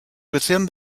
within